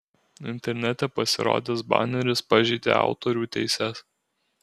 internete pasirodęs baneris pažeidė autorių teises